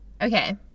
Okay